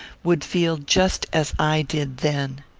would feel just as i did then.